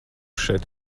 šeit